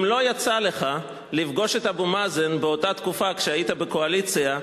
אם לא יצא לך לפגוש את אבו מאזן באותה תקופה שהיית בקואליציה,